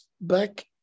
back